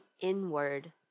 inward